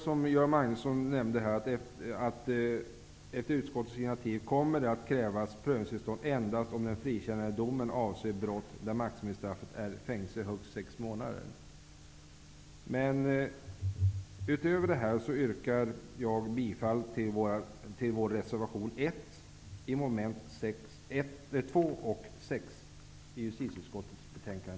Som Göran Magnusson nämnde kommer det enligt utskottets initiativ att krävas prövningstillstånd endast om den frikännande domen avser brott för vilket maximistraffet är fängelse i högst sex månader. Jag yrkar bifall till vår reservation 1 beträffande mom. 2 och 6 i justitieutskottets betänkande